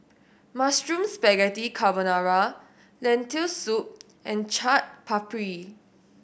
Mushroom Spaghetti Carbonara Lentil Soup and Chaat Papri